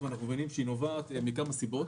ואנחנו מבינים שהיא נובעת מכמה סיבות.